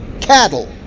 cattle